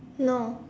no